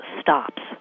stops